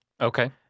Okay